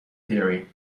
theory